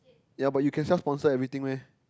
ya but you can self sponsor everything meh